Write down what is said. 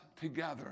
together